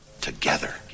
together